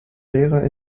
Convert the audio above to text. lehrer